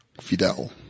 Fidel